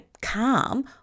calm